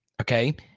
okay